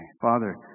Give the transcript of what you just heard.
Father